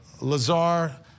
Lazar